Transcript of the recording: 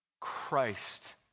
Christ